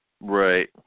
Right